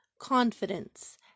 confidence